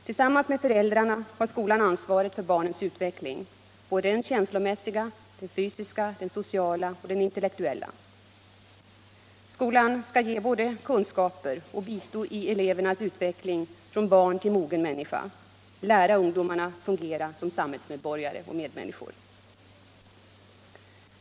Tillsammans med föräldrarna har skolan ansvar för barnens utveckling, både den känslomässiga, den fysiska, den sociala och den intellektuella. Skolan skall både ge kunskaper och bistå i elevernas utveckling från barn till mogen människa, lära ungdomarna fungera som samhällsmedborgare och medmänniskor.